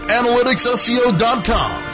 analyticsseo.com